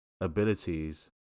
abilities